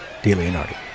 DeLeonardi